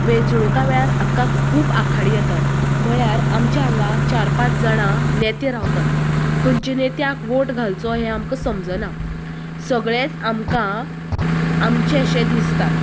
वेचणुकां वेळार आमकां खूब आखाडी येतात म्हण्यार आमकां हांगा चार पाच जाणां नेते रावतात खंनच्या नेत्याक वोट घालचो हे आमकां समजना सगळेंच आमकां आमचेशें दिसतात